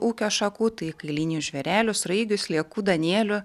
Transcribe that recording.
ūkio šakų tai kailinių žvėrelių sraigių sliekų danielių